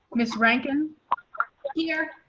miss ranking here